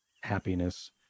happiness